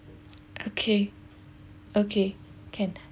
okay okay can